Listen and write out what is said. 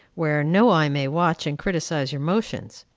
where no eye may watch and criticize your motions.